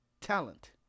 talent